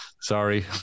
Sorry